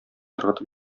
ыргытып